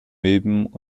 milben